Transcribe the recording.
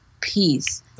peace